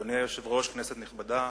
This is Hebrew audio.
אדוני היושב-ראש, כנסת נכבדה,